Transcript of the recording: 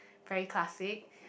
very classic